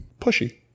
pushy